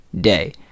day